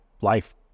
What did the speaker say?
life